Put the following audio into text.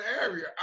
area